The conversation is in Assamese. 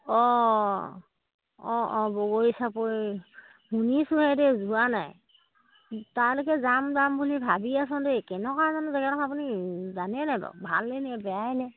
অঁ অঁ অঁ বগৰী চাপৰি শুনিছোহে দেই যোৱা নাই তালৈকে যাম যাম বুলি ভাবি আছো দেই কেনেকুৱা জানো জেগাডোখৰ আপুনি জানে নাই বাৰু ভালেইনে বেয়াইনে